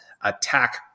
attack